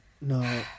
No